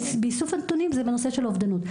באיסוף הנתונים זה בנושא של האובדנות,